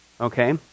okay